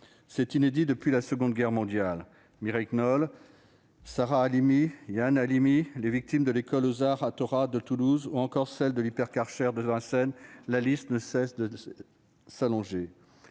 C'est inédit depuis la Seconde Guerre mondiale. Mireille Knoll, Sarah Halimi, llan Halimi, les victimes de l'école Ozar Hatorah de Toulouse ou encore celles de l'Hyper Cacher de la porte de Vincennes : la liste ne cesse de s'allonger.